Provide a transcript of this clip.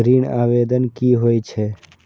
ऋण आवेदन की होय छै?